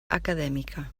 acadèmica